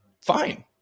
fine